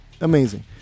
Amazing